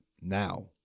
now